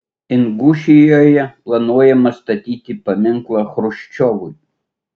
ingušijoje planuojama statyti paminklą chruščiovui